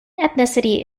ethnicity